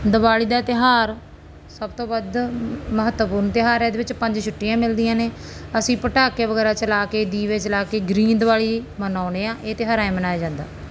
ਦੀਵਾਲੀ ਦਾ ਤਿਉਹਾਰ ਸਭ ਤੋਂ ਵੱਧ ਮਹੱਤਵਪੂਰਨ ਤਿਉਹਾਰ ਹੈ ਇਹਦੇ ਵਿੱਚ ਪੰਜ ਛੁੱਟੀਆਂ ਮਿਲਦੀਆਂ ਨੇ ਅਸੀਂ ਪਟਾਕੇ ਵਗੈਰਾ ਚਲਾ ਕੇ ਦੀਵੇ ਜਲਾ ਕੇ ਗਰੀਨ ਦੀਵਾਲੀ ਮਨਾਉਨੇ ਹਾਂ ਇਹ ਤਿਉਹਾਰ ਐ ਮਨਾਇਆ ਜਾਂਦਾ